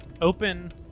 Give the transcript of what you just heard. open